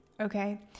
okay